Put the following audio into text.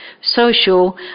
social